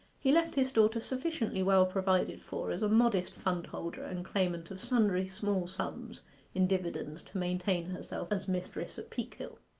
he left his daughter sufficiently well provided for as a modest fundholder and claimant of sundry small sums in dividends to maintain herself as mistress at peakhill.